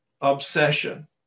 obsession